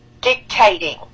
dictating